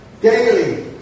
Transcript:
daily